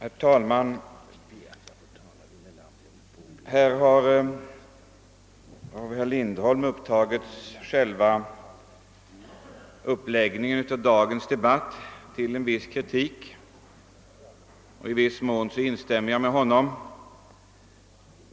Herr talman! Herr Lindholm har framlagt viss kritik mot själva uppläggningen av dagens debatt, och i viss mån instämmer jag med honom.